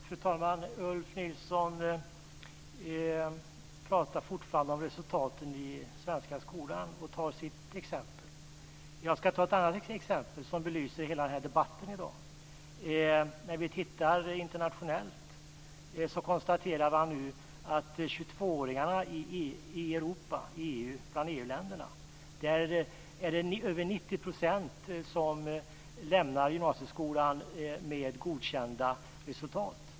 Fru talman! Ulf Nilsson pratar fortfarande om resultaten i den svenska skolan och tar sitt exempel. Jag ska ta ett annat exempel, som belyser hela den här debatten i dag. Vi kan titta internationellt, ute i Europa. Man konstaterar nu att bland 22-åringarna är det över 90 % som lämnar gymnasieskolan med godkända resultat.